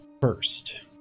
first